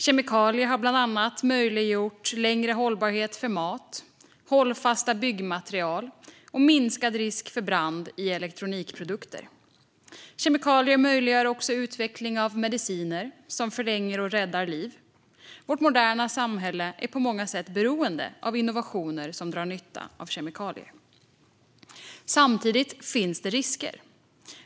Kemikalier har bland annat möjliggjort längre hållbarhet för mat, hållfasta byggmaterial och minskad risk för brand i elektronikprodukter. Kemikalier möjliggör också utveckling av mediciner som förlänger och räddar liv. Vårt moderna samhälle är på många sätt beroende av innovationer som drar nytta av kemikalier. Samtidigt finns det risker.